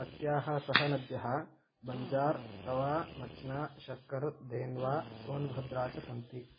अस्याः सहनद्यः बञ्जार् तवा मच्ना शक्कर् धेन्वा सोन्भद्रा च सन्ति